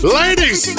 ladies